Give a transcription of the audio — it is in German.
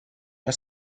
aus